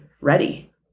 ready